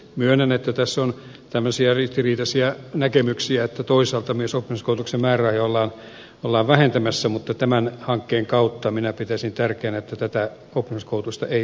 myönnän että tässä on tämmöisiä ristiriitaisia näkemyksiä että toisaalta myös oppisopimuskoulutuksen määrärahoja ollaan vähentämässä mutta tämän hankkeen kautta minä pitäisin tärkeänä että tätä oppisopimuskoulutusta ei unohdettaisi